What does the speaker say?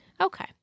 Okay